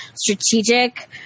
strategic